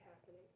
happening